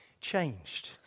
changed